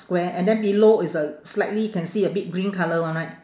square and then below it's a slightly can see a bit green colour one right